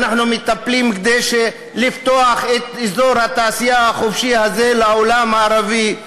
ואנחנו מטפלים כדי לפתוח את אזור התעשייה החופשי הזה לעולם הערבי.